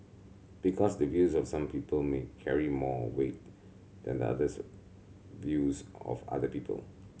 because the views of some people may carry more weight than others views of other people